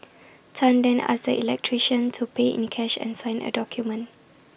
Tan then asked the electrician to pay in cash and sign A document